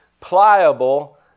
pliable